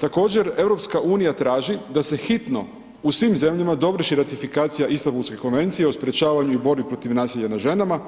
Također, Europska unija traži da se hitno u svim zemljama dovrši ratifikacija Istambulske konvencije o sprječavanju i borbi protiv nasilja nad ženama,